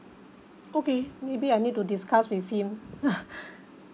okay maybe I need to discuss with him